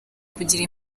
kugira